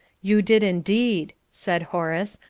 you did indeed, said horace,